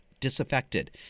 disaffected